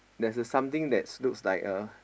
there's a something that looks like a